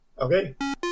Okay